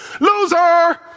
Loser